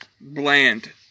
bland